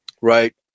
right